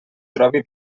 trobi